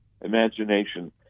imagination